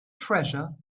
treasure